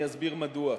אני אסביר מדוע.